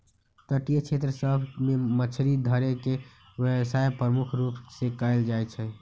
तटीय क्षेत्र सभ में मछरी धरे के व्यवसाय प्रमुख रूप से कएल जाइ छइ